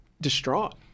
distraught